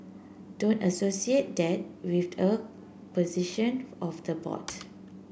don't associate that with a position of the board